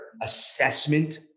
assessment